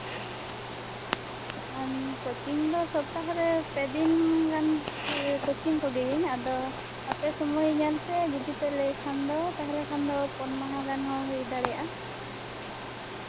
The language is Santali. ᱠᱳᱪᱤᱝ ᱫᱚ ᱥᱚᱯᱛᱟᱦᱚᱨᱮ ᱯᱮ ᱫᱤᱱ ᱜᱟᱱ ᱠᱳᱪᱤᱝ ᱠᱚᱜᱮᱭᱟᱹᱧ ᱟᱫᱚ ᱥᱚᱢᱚᱭ ᱧᱮᱞᱯᱮ ᱡᱚᱫᱤ ᱯᱮ ᱞᱟᱹᱭ ᱠᱷᱟᱱ ᱫᱚ ᱯᱷᱳᱱ ᱢᱟᱦᱟ ᱜᱟᱱ ᱦᱚᱸ ᱦᱩᱭ ᱫᱟᱲᱮᱭᱟᱜᱼᱟ